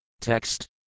Text